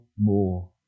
more